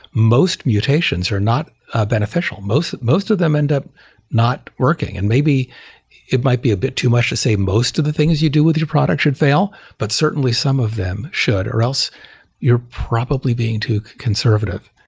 most mutations are not ah beneficial. most most of them end up not working and maybe it might be a bit too much to say most of the things you do with your product should fail, but certainly some of them should, or else you're probably being too conservative.